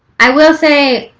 i will say